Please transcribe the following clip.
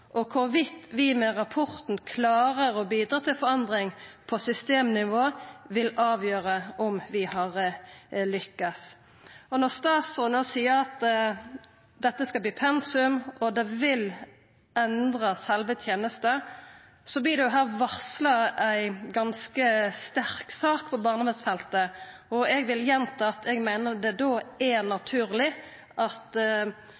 og at «hvorvidt vi med rapporten klarer å bidra til forandring på systemnivå vil avgjøre om vi har lyktes». Når statsråden no seier at dette skal verta pensum, og at det vil endra sjølve tenesta, så vert det her varsla ei ganske sterk sak på barnevernsfeltet. Eg vil gjenta at eg meiner det då er